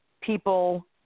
people